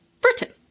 Britain